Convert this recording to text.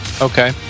okay